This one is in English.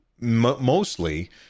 mostly